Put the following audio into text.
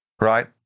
Right